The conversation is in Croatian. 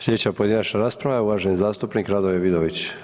Slijedeća pojedinačna rasprava je uvaženi zastupnik Radoje Vidović.